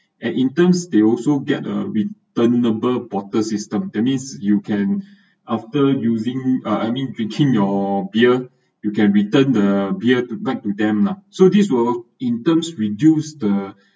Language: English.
and in terms they also get a returnable bottle system that means you can after using uh I mean drinking your beer you can return the beer to back to them lah so this will in terms reduce the